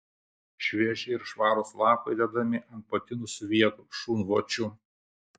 švieži ir švarūs lapai dedami ant patinusių vietų šunvočių